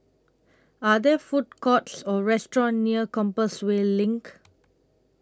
Are There Food Courts Or restaurants near Compassvale LINK